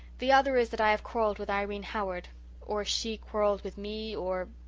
the other is that i have quarrelled with irene howard or she quarrelled with me or,